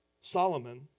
Solomon